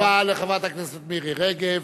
תודה רבה לחברת הכנסת מירי רגב,